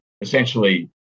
essentially